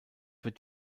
wird